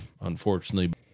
unfortunately